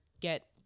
get